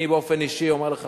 אני באופן אישי אומר לך,